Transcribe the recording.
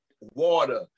water